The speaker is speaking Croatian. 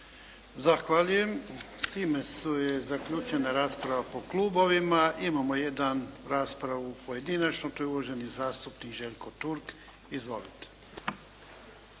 Zahvaljujem. Time je zaključena rasprava po klubovima. Imamo jedan, raspravu pojedinačnu. To je uvaženi zastupnik Željko Turk. Izvolite.